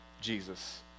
Jesus